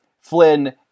Flynn